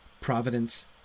Providence